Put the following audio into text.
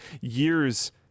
years